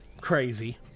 crazy